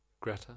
Greta